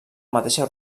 mateixa